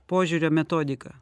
požiūrio metodiką